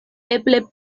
eble